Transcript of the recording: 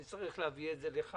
סטטוטורית מאושרת, נתקבלה.